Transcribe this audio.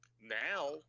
Now